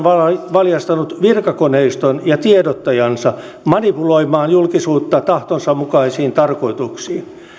valjastanut virkakoneiston ja tiedottajansa manipuloimaan julkisuutta tahtonsa mukaisiin tarkoituksiin